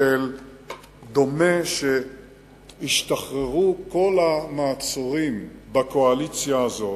שדומה שהשתחררו כל המעצורים בקואליציה הזאת,